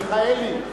מיכאלי,